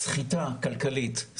סחיטה כלכלית,